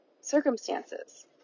circumstances